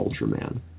Ultraman